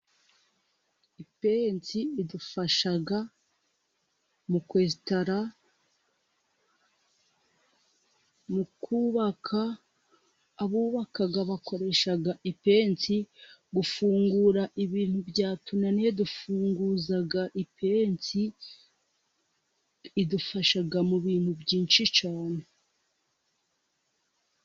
Ipenzi idufasha mu kwesitara, mu kubabaka abubaka bakoreshaga ipensi, gufungura ibintu byatunaniye dufunguza ipensi, idufasha mu bintu byinshi cyane.